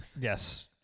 yes